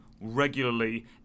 regularly